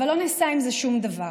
אבל לא נעשה עם זה שום דבר.